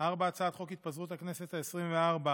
4. הצעת חוק התפזרות הכנסת העשרים-וארבע,